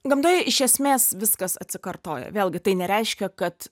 gamtoje iš esmės viskas atsikartoja vėlgi tai nereiškia kad